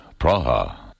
Praha